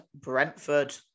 Brentford